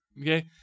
okay